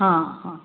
हाँ हाँ